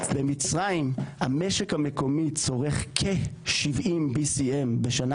במצרים המשק המקומי צורך כ-BCM70 בשנה,